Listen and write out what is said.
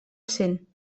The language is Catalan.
cent